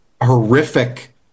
horrific